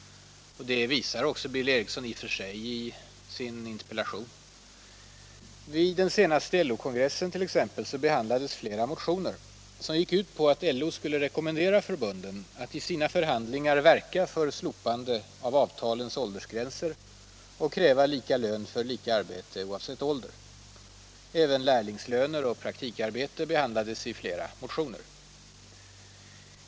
Det visar Billy Eriksson själv i sin interpellation. T. ex. vid den senaste LO-kongressen! Där behandlades flera motioner som gick ut på att LO skulle rekommendera förbunden att i sina förhandlingar verka för slopandet av avtalens åldersgränser och kräva lika lön för lika arbete oavsett ålder. Även lärlingslöner och praktikarbete behandlades i flera motioner.